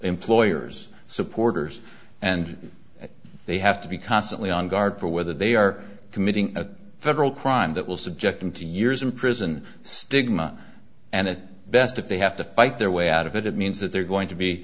employers supporters and they have to be constantly on guard for whether they are committing a federal crime that will subject them to years in prison stigma and at best if they have to fight their way out of it it means that they're going to be